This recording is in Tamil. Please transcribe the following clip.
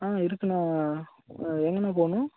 ஆ இருக்குதுண்ணா எங்கேண்ணா போகணும்